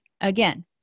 again